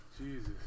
Jesus